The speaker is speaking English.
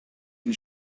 and